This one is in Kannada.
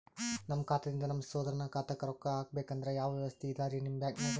ನಮ್ಮ ಖಾತಾದಿಂದ ನಮ್ಮ ಸಹೋದರನ ಖಾತಾಕ್ಕಾ ರೊಕ್ಕಾ ಹಾಕ್ಬೇಕಂದ್ರ ಯಾವ ವ್ಯವಸ್ಥೆ ಇದರೀ ನಿಮ್ಮ ಬ್ಯಾಂಕ್ನಾಗ?